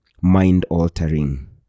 mind-altering